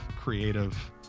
creative